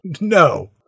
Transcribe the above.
no